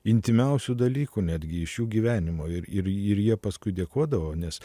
intymiausių dalykų netgi iš jų gyvenimo ir irir jie paskui dėkodavo nes